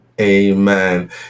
amen